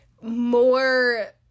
more